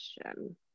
question